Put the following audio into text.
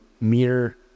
mere